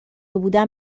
بودن